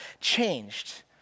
changed